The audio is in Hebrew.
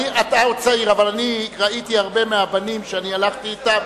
אבל אני ראיתי הרבה מהבנים שהלכתי אתם,